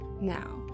Now